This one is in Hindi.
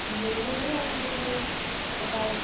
गेंदे हैं अपने वही पचास